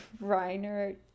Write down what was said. Reiner